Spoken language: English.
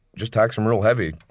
just tax them real heavy.